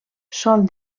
sol